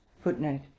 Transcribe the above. Footnote